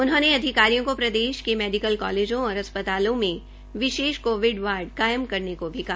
उन्होंने अधिकारियों को प्रदेश के मेडीकल कॉलेजों और अस्पतालों में विशेष कोविड वार्ड कायम करने को भी कहा